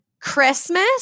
Christmas